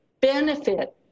benefit